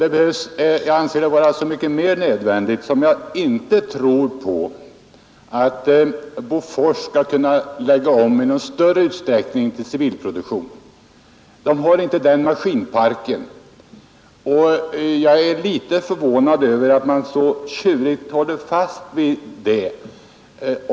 Jag anser detta så mycket mera nödvändigt som jag inte tror att Bofors i någon större utsträckning skall kunna lägga om sin produktion till civilproduktion. Man har inte den maskinparken. Och jag är litet förvånad över att man så tjurigt håller fast vid den.